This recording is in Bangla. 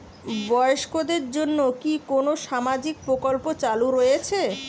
বয়স্কদের জন্য কি কোন সামাজিক প্রকল্প চালু রয়েছে?